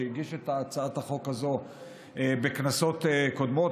שהגיש את הצעת החוק הזאת בכנסות קודמות,